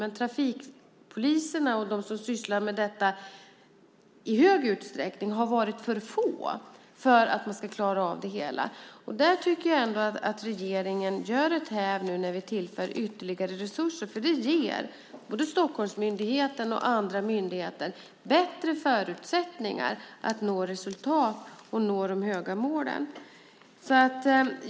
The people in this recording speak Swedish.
Men trafikpoliserna och de som sysslar med detta i hög utsträckning har varit för få för att de ska klara av det hela. Där tycker jag ändå att regeringen gör ett häv när vi nu tillför ytterligare resurser, för det ger både Stockholmsmyndigheten och andra myndigheter bättre förutsättningar att nå resultat och att nå de höga målen.